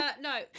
No